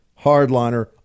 hardliner